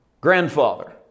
grandfather